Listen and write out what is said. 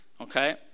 Okay